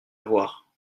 voir